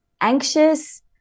anxious